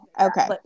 Okay